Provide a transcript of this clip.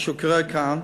מה שקורה כאן,